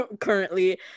currently